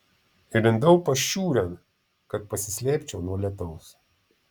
įlindau pašiūrėn kad pasislėpčiau nuo lietaus